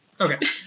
Okay